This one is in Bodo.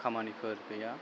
खामानिफोर गैया